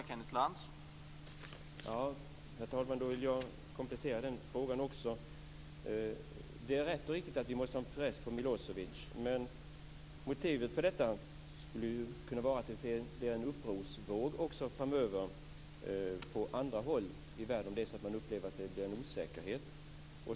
Herr talman! Jag vill komplettera frågan. Det är rätt och riktigt att vi måste ha press på Milosevic, men motivet för detta skulle ju kunna vara att det blir en upprorsvåg också framöver på andra håll i världen om det är så att man upplever att det blir en osäkerhet.